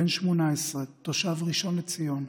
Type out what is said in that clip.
בן 18, תושב ראשון לציון,